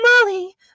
molly